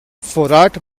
vorrat